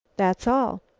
that's all.